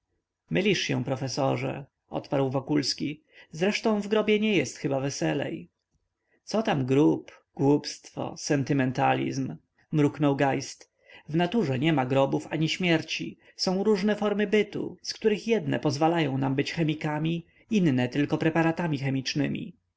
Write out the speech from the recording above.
mylisz się profesorze odparł wokulski zresztą w grobie nie jest chyba weselej co tam grób głupstwo sentymentalizm mruknął geist w naturze niema grobów ani śmierci są różne formy bytu z których jedne pozwalają nam być chemikami inne tylko preparatami chemicznemi